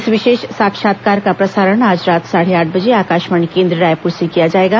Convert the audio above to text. इस विशेष साक्षात्कार का प्रसारण आज रात साढ़े आठ बजे आकाशवाणी केन्द्र रायपूर से किया जाएगा